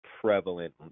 prevalent